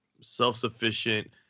self-sufficient